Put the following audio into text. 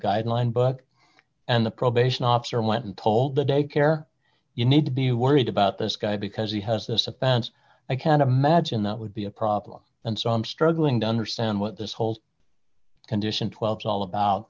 guideline book and the probation officer went and told the daycare you need to be worried about this guy because he has this offense i can't imagine that would be a problem and so i'm struggling to understand what this whole condition twelve is all about